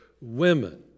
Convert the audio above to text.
women